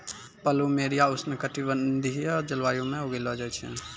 plumeria उष्ण कटिबंधीय जलवायु म उगैलो जाय छै